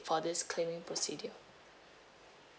for this claiming procedure